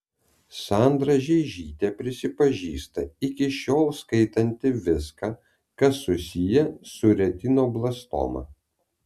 skaidra žeižytė prisipažįsta iki šiol skaitanti viską kas susiję su retinoblastoma